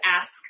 ask